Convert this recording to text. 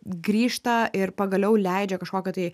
grįžta ir pagaliau leidžia kažkokio tai